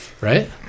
Right